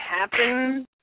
happen